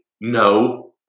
no